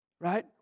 right